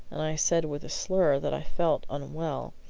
and i said with a slur that i felt unwell.